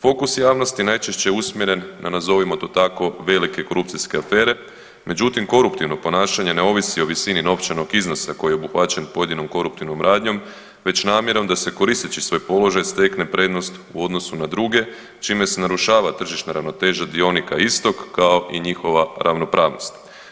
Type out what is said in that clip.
Fokus javnosti najčešće je usmjeren na nazovimo to tako, velike korupcijske afere, međutim koruptivno ponašanje ne ovisi o visini novčanog iznosa koji je obuhvaćen pojedinom koruptivnom radnjom već namjerom da se koristeći svoj položaj stekne prednost u odnosu na druge čime se narušava tržišna ravnoteža dionika istog kao i njihova ravnopravnost.